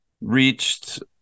reached